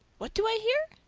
what do i hear?